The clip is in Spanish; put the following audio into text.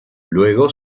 luego